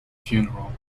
funeral